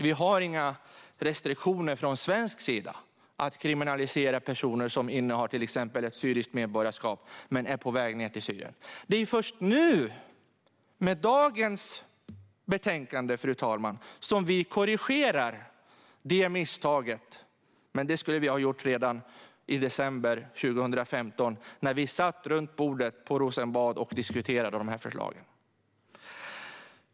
Vi har inga restriktioner från svensk sida när det gäller att kriminalisera personer som innehar till exempel syriskt medborgarskap men som är på väg ned till Syrien. Det är först nu, med dagens betänkande, fru talman, som vi korrigerar detta misstag. Men detta skulle vi ha gjort redan i december 2015 när vi satt runt bordet i Rosenbad och diskuterade dessa förslag.